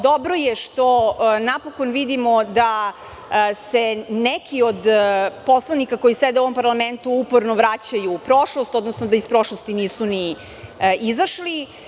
Dobro je što napokon vidimo da se neki od poslanika koji sede u ovom parlamentu uporno vraćaju u prošlost, odnosno da iz prošlosti nisu ni izašli.